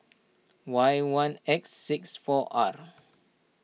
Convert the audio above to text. Y one X six four R